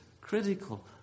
critical